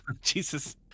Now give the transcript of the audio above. Jesus